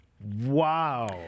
Wow